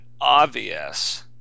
obvious